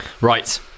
Right